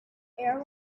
air